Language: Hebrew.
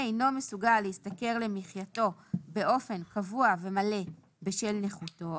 אינו מסוגל להשתכר למחייתו באופן קבוע ומלא בשל נכותו